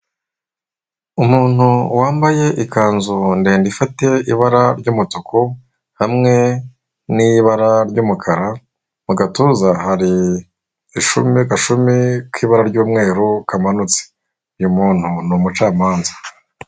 Umuntu wambaye ikanzu ndende ifite ibara ry'umutuku hamwe n'ibara ry'umukara mu gatuza hari agashumi k'ibara ry'umweru kamanutse, uyu muntu ni umucamanza.